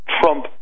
trump